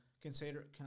consider